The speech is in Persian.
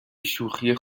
شوخی